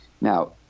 now